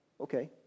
Okay